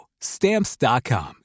Stamps.com